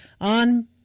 on